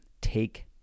take